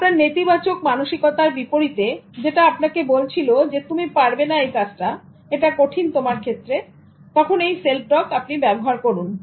আপনার নেতিবাচক মানসিকতার বিপরীতে যেটা আপনাকে বলছিল তুমি পারবে না এই কাজটা এটা কঠিন তোমার ক্ষেত্রে তখন এই self talk আপনি ব্যবহার করুন